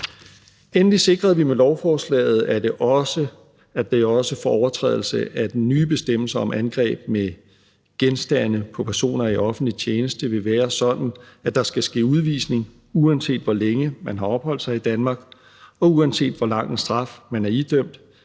Endelig sikrede vi med lovforslaget, at det også for overtrædelse af den nye bestemmelse om angreb med genstande på personer i offentlig tjeneste vil være sådan, at der skal ske udvisning, uanset hvor længe man har opholdt sig i Danmark, og uanset hvor lang en straf man er idømt,